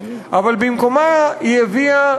אבל במקומה היא הביאה,